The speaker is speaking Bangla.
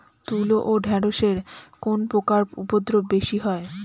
তুলো ও ঢেঁড়সে কোন পোকার উপদ্রব বেশি হয়?